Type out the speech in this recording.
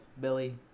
Billy